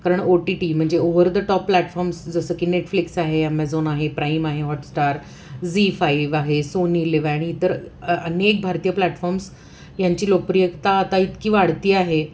कारण O T T म्हणजे over the top platforms जसं की नेटफ्लिक्स आहे ॲमेझॉन आहे प्राईम आहे हॉटस्टार झी फाईव्ह आहे सोनी लिवा आणि इतर अनेक भारतीय प्लॅटफॉर्म्स यांची लोकप्रियता आता इतकी वाढती आहे